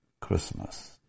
Christmas